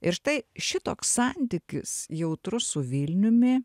ir štai šitoks santykis jautrus su vilniumi